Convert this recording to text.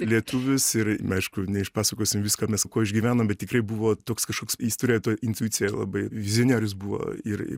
lietuvius ir aišku neišpasakosim visko mes kuo išgyveno bet tikrai buvo toks kažkoks jis turėjo tą intuiciją labai vizionierius buvo ir